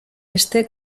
este